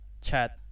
Chat